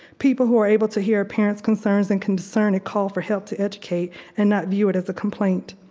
people who are able to hear parent's concerns and can discern a call for help to educate and not view it as a complaint.